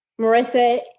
Marissa